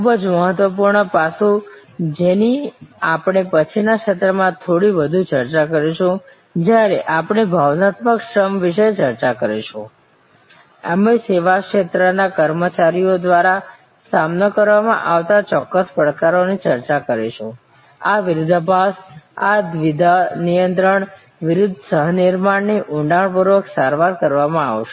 ખૂબ જ મહત્વપૂર્ણ પાસું જેની આપણે પછીના સત્રમાં થોડી વધુ ચર્ચા કરીશું જ્યારે આપણે ભાવનાત્મક શ્રમ વિશે ચર્ચા કરીશું અમે સેવા ક્ષેત્રના કર્મચારીઓ દ્વારા સામનો કરવામાં આવતા ચોક્કસ પડકારોની ચર્ચા કરીશું આ વિરોધાભાસ આ દ્વિધા નિયંત્રણ વિરુદ્ધ સહ નિર્માણની ઊંડાણપૂર્વક સારવાર કરવામાં આવશે